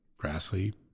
Grassley